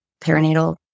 perinatal